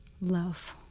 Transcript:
love